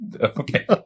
Okay